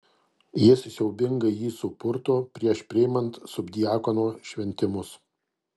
jis siaubingai jį supurto prieš priimant subdiakono šventimus